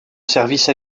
service